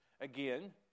Again